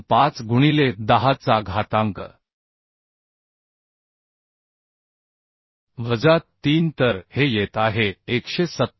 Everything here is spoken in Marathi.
25 गुणिले 10 चा घातांक वजा 3 तर हे येत आहे187